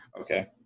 Okay